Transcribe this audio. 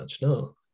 no